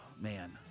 man